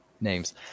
names